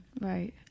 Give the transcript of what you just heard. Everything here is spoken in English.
Right